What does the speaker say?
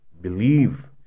believe